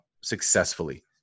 successfully